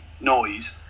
noise